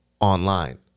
online